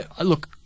look